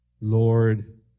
Lord